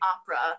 opera